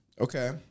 Okay